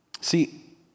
See